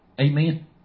Amen